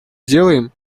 сделаем